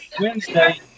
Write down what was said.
Wednesday